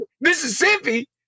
Mississippi